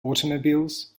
automobiles